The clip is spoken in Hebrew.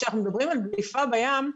כשאנחנו מדברים על דליפה בים,